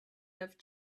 love